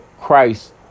Christ